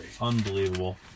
Unbelievable